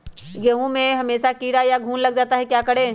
गेंहू में हमेसा कीड़ा या घुन लग जाता है क्या करें?